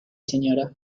señora